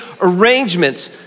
arrangements